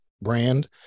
brand